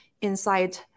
inside